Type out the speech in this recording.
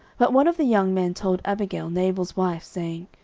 but one of the young men told abigail, nabal's wife, saying,